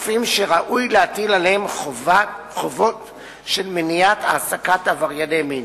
גופים שראוי להטיל עליהם חובות של מניעת העסקת עברייני מין.